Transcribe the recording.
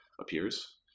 appears